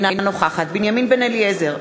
אינה נוכחת בנימין בן-אליעזר,